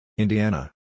Indiana